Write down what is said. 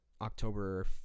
october